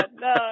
no